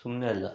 ಸುಮ್ಮನೆ ಅಲ್ಲ